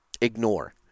ignore